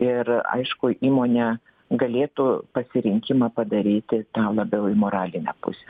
ir aišku įmonė galėtų pasirinkimą padaryti tą labiau į moralinę pusę